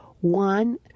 One